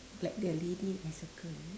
like the lady I circle is it